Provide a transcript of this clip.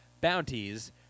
bounties